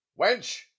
Wench